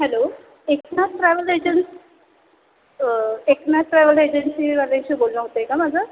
hello Eknath travel agency Eknath travel एजन्सीवालेशी बोलणं होत आहे का माझं